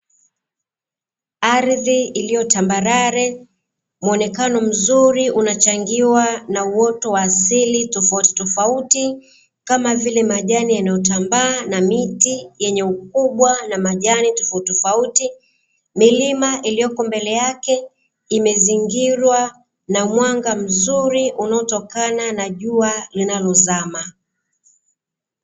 Ardhi iliyo tambarare, muonekano mzuri unachangiwa na uoto wa asili tofautitofauti, kama vile majani yanayotambaa, na miti yenye ukubwa na majani tofautitofauti. Milima iliyoko mbele yake imezingirwa na mwanga mzuri unaotokana na jua linalozama.